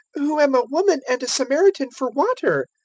who am a woman and a samaritan, for water?